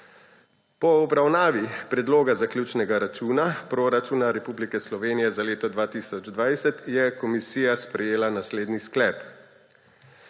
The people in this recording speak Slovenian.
Po obravnavi Predloga zaključnega računa Proračuna Republike Slovenije za leto 2020 je komisija sprejela naslednji sklep: